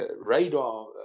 radar